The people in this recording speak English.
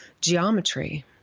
geometry